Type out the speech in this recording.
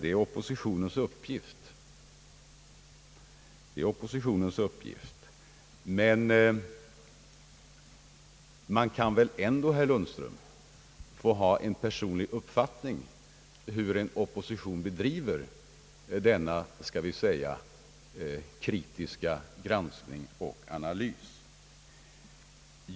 Att kritisera är oppositionens uppgift. Men man kan väl ändå, herr Lundström, få ha en personlig uppfattning hur en opposition bedriver denna sin kritiska granskning och analys.